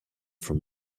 from